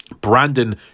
Brandon